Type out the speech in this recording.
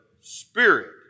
Spirit